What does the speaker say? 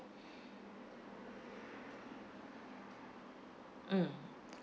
mm